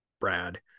Brad